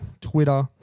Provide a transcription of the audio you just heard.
Twitter